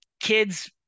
Kids